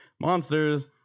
monsters